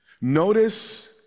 Notice